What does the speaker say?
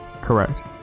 Correct